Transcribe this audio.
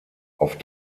auf